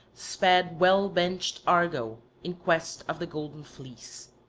sped well-benched argo in quest of the golden fleece.